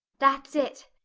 that's it,